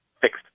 fixed